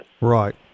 right